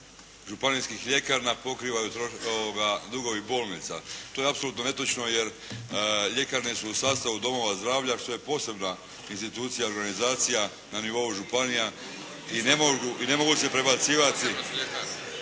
županijskih ljekarni pokrivaju dugovi bolnica. To je apsolutno netočno jer ljekarne su u sastavu domova zdravlja što je posebna institucija i organizacija na nivou županija i ne mogu se prebacivati.